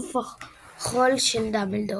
עוף-החול של דמבלדור.